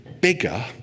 bigger